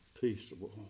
peaceable